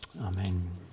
Amen